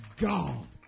God